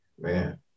Man